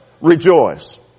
rejoice